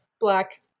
Black